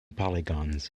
polygons